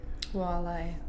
Walleye